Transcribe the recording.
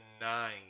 nine